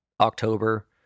october